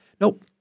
Nope